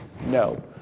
No